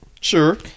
Sure